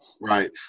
Right